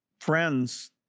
friends